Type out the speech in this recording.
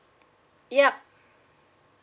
yup